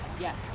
Yes